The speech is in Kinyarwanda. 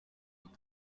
ubu